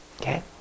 Okay